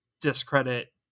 discredit